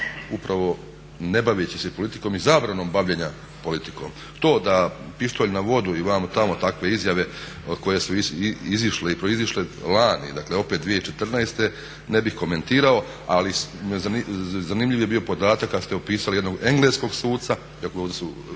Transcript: upravo ne baveći se politikom i zabranom bavljenja politikom. To da pištolj na vodu i vamo tamo takve izjave koje su izišle i proizišle lani, dakle opet 2014. ne bih komentirao, ali zanimljiv je bio podatak kad ste opisali jednog engleskog suda,